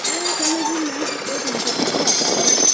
कहाँ सँगै जाउँ न है केको तिमी चाहिँ केको हतार हौ